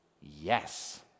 yes